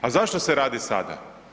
A zašto se radi sada?